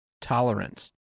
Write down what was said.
tolerance